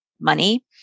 money